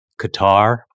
Qatar